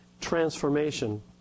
transformation